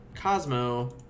cosmo